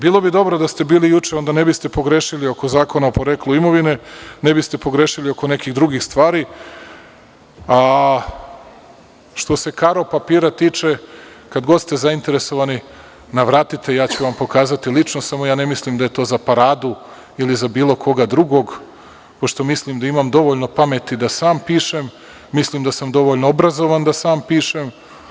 Bilo bi dobro da ste bili juče, onda ne biste pogrešili oko Zakona o poreklu imovine, ne biste pogrešili oko nekih drugih stvari, a što se karo papira tiče, kad god ste zainteresovani, navratite, ja ću vam pokazati lično, ali ne mislim da je to za paradu ili za bilo koga drugog, pošto mislim da imam dovoljno pameti da sam pišem, mislim da sam dovoljno obrazovan da sam pišem.